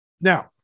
Now